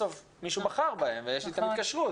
בסוף מישהו בחר בהם ויש איתם התקשרות.